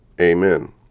Amen